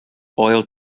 oil